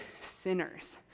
sinners